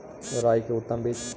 राई के उतम बिज?